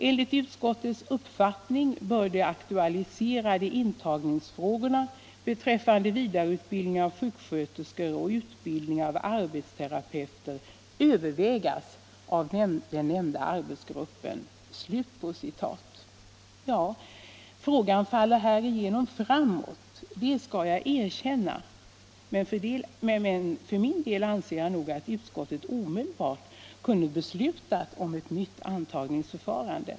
Enligt utskottets uppfattning bör de aktualiserade intagningsfrågorna beträffande vidareutbildning av sjuksköterskor och utbildning av arbetsterapeuter övervägas av den nämnda arbetsgruppen.” Frågan faller härigenom framåt, det skall jag erkänna. Men för min del anser jag att utskottet omedelbart hade kunnat förorda ett nytt intagningsförfarande.